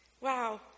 Wow